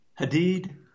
Hadid